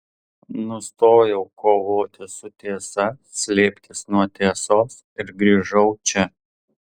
nustojau kovoti su tiesa slėptis nuo tiesos ir grįžau čia